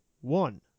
one